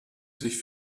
sich